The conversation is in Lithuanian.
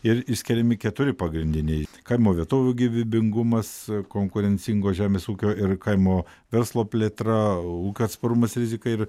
ir išskiriami keturi pagrindiniai kaimo vietovių gyvybingumas konkurencingo žemės ūkio ir kaimo verslo plėtra ūkio atsparumas rizika ir